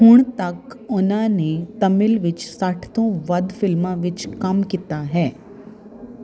ਹੁਣ ਤੱਕ ਉਨ੍ਹਾਂ ਨੇ ਤਮਿਲ ਵਿੱਚ ਸੱਠ ਤੋਂ ਵੱਧ ਫਿਲਮਾਂ ਵਿੱਚ ਕੰਮ ਕੀਤਾ ਹੈ